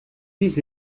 vise